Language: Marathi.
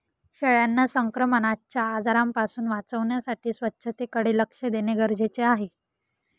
शेळ्यांना संक्रमणाच्या आजारांपासून वाचवण्यासाठी स्वच्छतेकडे लक्ष देणे गरजेचे आहे